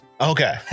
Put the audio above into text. Okay